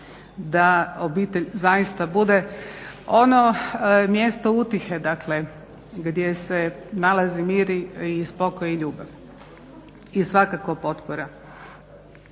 da obitelj zaista bude ono mjesto utjehe dakle gdje se nalazi mir i spokoj i ljubav i svakako potpora.